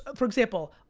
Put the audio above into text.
ah for example,